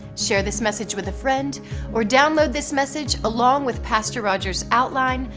share this message with a friend or download this message along with pastor rogers' outline,